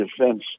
defense